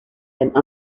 and